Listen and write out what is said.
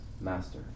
Master